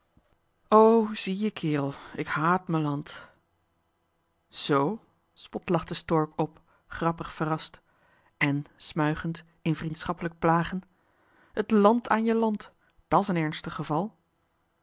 zie je kerel ik haat me land z spotlachte stork op grappig verrast en smuigend in vriendschappelijk plagen t land aan je land da's en ernstig geval